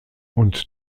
und